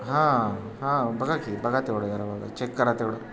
हां हां बघा की बघा तेवढं जरा बघा चेक करा तेवढं